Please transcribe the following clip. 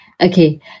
Okay